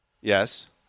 Yes